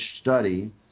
study